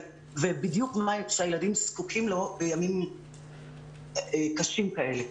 בדיוק מה שהילדים זקוקים לו בימים קשים כאלה.